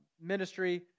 ministry